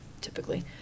typically